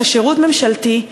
זה שירות ממשלתי,